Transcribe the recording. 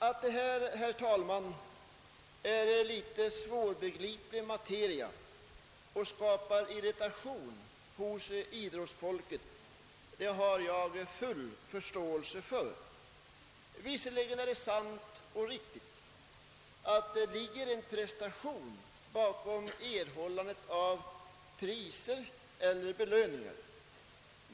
Att detta, herr talman, är litet svårbegriplig materia och skapar irritation hos idrottsfolket har jag full förståelse för. Visserligen är det sant och riktigt att det ligger en prestation bakom erhållandet av priser eller belöningar.